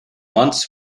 months